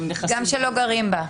גם שלא גרים בה.